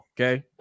okay